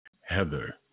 Heather